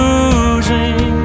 Losing